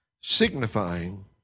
signifying